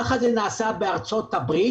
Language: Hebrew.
כך זה נעשה בארצות הברית.